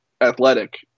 athletic